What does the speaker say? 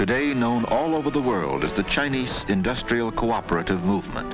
today known all over the world of the chinese industrial co operative movement